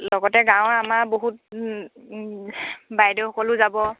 লগতে গাঁৱৰ আমাৰ বহুত বাইদেউসকলো যাব